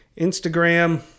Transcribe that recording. Instagram